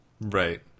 Right